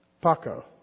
Paco